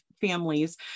families